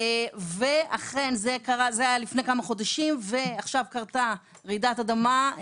וזה היה לפני כמה חודשים ועכשיו קרתה רעידת אדמה,